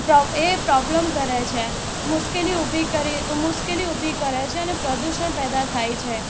problem કરે છે મુશ્કેલી ઊભી મુશ્કેલી ઉભી કરે છે અને પ્રદૂષણ પેદા થાય છે